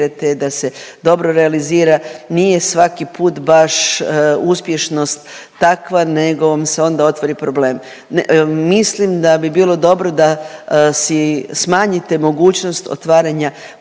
da se dobro realizira, nije svaki put baš uspješnost takva nego vam se onda otvori problem. Mislim da bi bilo dobro da si smanjite mogućnost otvaranja